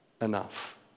enough